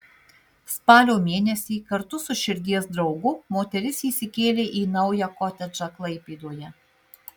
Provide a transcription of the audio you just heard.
spalio mėnesį kartu su širdies draugu moteris įsikėlė į naują kotedžą klaipėdoje